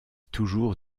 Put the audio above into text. toujours